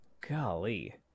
Golly